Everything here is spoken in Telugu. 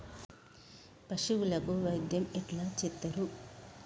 పశువులకు వైద్యం ఎట్లా చేత్తరు?